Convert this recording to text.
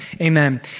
Amen